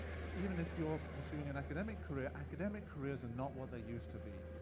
even if you're pursuing an academic career. academic careers and not what they used to be.